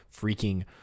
freaking